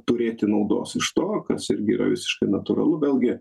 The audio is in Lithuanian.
turėti naudos iš to kas irgi yra visiškai natūralu vėlgi